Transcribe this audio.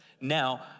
Now